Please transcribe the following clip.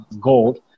gold